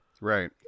Right